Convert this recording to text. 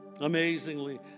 Amazingly